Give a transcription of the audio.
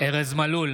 ארז מלול,